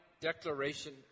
declaration